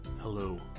Hello